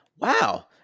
Wow